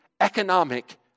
economic